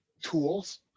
tools